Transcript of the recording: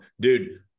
Dude